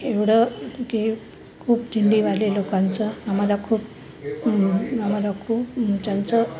एवढं की खूप दिंडीवाले लोकांचं आम्हाला खूप आम्हाला खूप त्यांचं